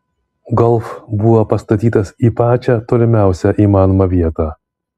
golf buvo pastatytas į pačią tolimiausią įmanomą vietą